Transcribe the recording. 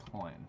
coin